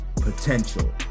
potential